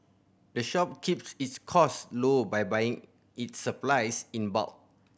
the shop keeps its cost low by buying its supplies in bulk